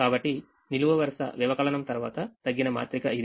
కాబట్టి నిలువు వరుస వ్యవకలనం తర్వాత తగ్గిన మాత్రిక ఇది